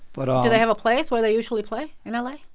but. do they have a place where they usually play in la?